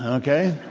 ah okay?